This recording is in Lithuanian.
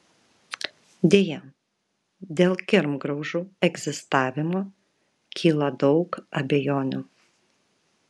deja dėl kirmgraužų egzistavimo kyla daug abejonių